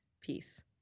peace